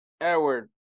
Edward